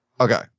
Okay